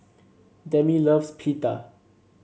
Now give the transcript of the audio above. Demi loves Pita